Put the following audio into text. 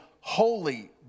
Holy